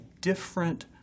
different